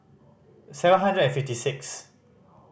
seven hundred and fifty six